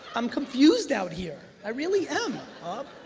i'm confused out here, i really am, ah